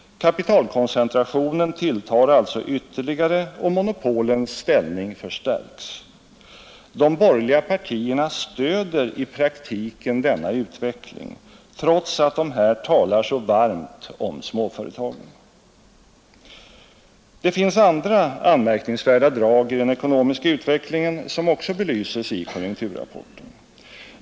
Kapitalkoncentrationen tilltar alltså ytterligare och monopolens ställning förstärks. De borgerliga partierna stöder i praktiken denna utveckling, trots att de här talar så varmt om småföretagen, Det finns andra anmärkningsvärda drag i den ekonomiska utvecklingen som också belyses i konjunkturrapporten.